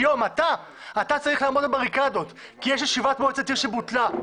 אתה צריך לעמוד על הבריקדות כי יש ישיבת מועצת עיר שבוטלה.